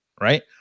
right